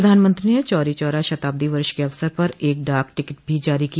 प्रधानमंत्री ने चौरी चौरा शताब्दी वर्ष के अवसर पर एक डाक टिकट भी जारी किया